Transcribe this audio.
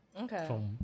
Okay